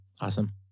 Awesome